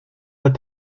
pas